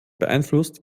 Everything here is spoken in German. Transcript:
beeinflusst